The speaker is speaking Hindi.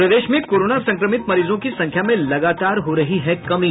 और प्रदेश में कोरोना संक्रमित मरीजों की संख्या में लगातार हो रही है कमी